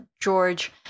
George